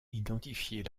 identifier